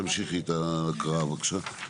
תמשיכי את ההקראה בבקשה.